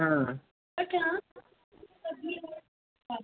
अं